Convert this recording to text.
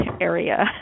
area